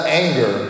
anger